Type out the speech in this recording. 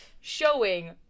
Showing